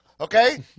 okay